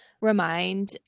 remind